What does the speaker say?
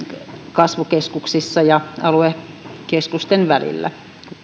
kasvukeskuksissa ja aluekeskusten välillä